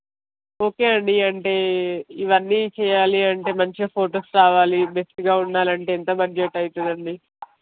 okay అండి అంటే ఇవన్నీ చెయ్యాలి అంటే మంచిగా ఫొటోస్ రావాలి బెస్ట్గా ఉండాలంటే ఎంత బడ్జెట్ అవుతుందండి